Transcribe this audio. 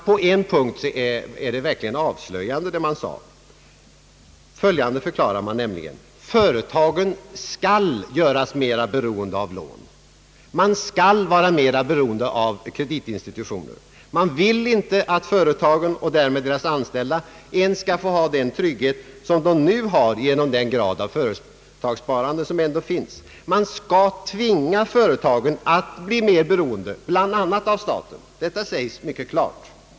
På en punkt är vad man sade verkligen avslöjande. Man förklarade nämligen: Företagen skall göras mera beroende av lån. De skall vara mera beroende av kreditinstitutioner, man vill inte att företagen och därmed deras anställda ens skall få ha den trygghet som de nu har genom den grad av företagssparande som ändå finns, man skall tvinga företagen att bli mer beroende bl.a. av staten. Allt detta sägs mycket klart.